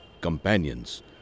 companions